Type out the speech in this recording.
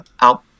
out